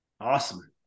Awesome